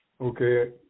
okay